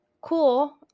cool